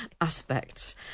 aspects